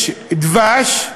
יש דבש,